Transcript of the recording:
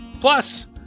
Plus